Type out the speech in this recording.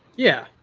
yeah.